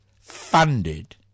funded